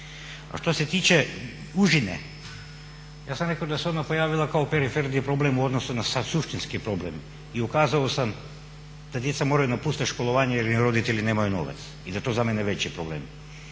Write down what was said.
A što se tiče užine, ja sam rekao da se ona pojavila kao periferni problem u odnosu na sav suštinski problem i ukazao sam da djeca moraju napustiti školovanje jer im roditelji nemaju novac i da je to za mene veći problem.